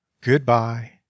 goodbye